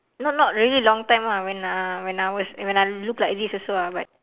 no not really long time ah when uh when I was when I look like this also ah but